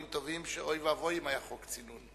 טובים שאוי ואבוי אם היה חוק צינון,